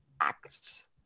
acts